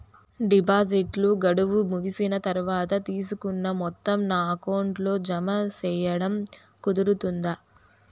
డిపాజిట్లు గడువు ముగిసిన తర్వాత, తీసుకున్న మొత్తం నా అకౌంట్ లో జామ సేయడం కుదురుతుందా?